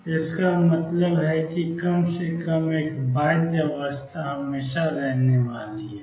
तो इसका मतलब है कि कम से कम एक बाध्य अवस्था हमेशा रहने वाली है